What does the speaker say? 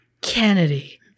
Kennedy